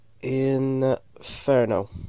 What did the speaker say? Inferno